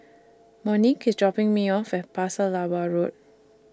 Monique IS dropping Me off At Pasir Laba Road